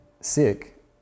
sick